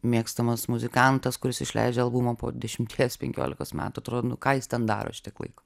mėgstamas muzikantas kuris išleidžia albumą po dešimties penkiolikos metų atrodo nu ką jis ten daro šitiek laiko